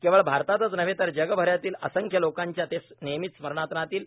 केवळ भारतातच नव्हे तर जगभरातील असंख्य लोकांच्या ते नेहमीच स्मरणात राहतील